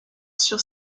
sur